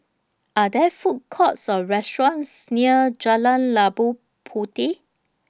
Are There Food Courts Or restaurants near Jalan Labu Puteh